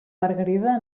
margarida